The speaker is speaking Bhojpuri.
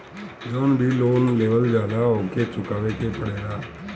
जवन भी लोन लेवल जाला उके चुकावे के पड़ेला